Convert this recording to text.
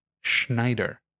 Schneider